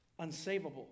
unsavable